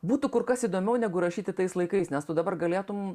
būtų kur kas įdomiau negu rašyti tais laikais nes tu dabar galėtum